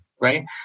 Right